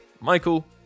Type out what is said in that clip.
Michael